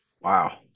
wow